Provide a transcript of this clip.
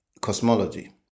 cosmology